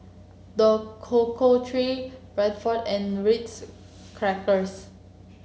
The Cocoa Tree Bradford and Ritz Crackers